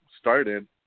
started